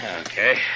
Okay